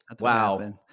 Wow